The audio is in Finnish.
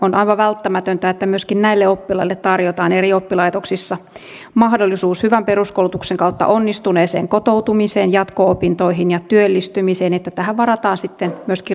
on aivan välttämätöntä että myöskin näille oppilaille tarjotaan eri oppilaitoksissa mahdollisuus hyvän peruskoulutuksen kautta onnistuneeseen kotoutumiseen jatko opintoihin ja työllistymiseen niin että tähän varataan sitten myöskin riittävää rahoitusta